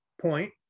point